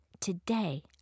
Today